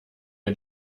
ihr